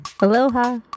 Aloha